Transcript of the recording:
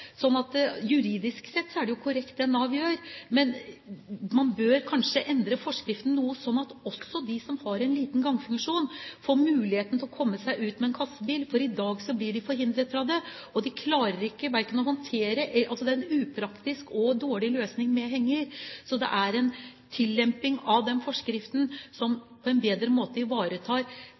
kanskje endre forskriften noe, sånn at også de som har en liten gangfunksjon, får muligheten til å komme seg ut med en kassebil. I dag blir de forhindret fra det, og det med henger er en upraktisk og dårlig løsning. Så vi ønsker en tillemping av den forskriften, slik at en på en bedre måte ivaretar